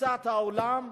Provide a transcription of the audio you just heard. בתפיסת העולם,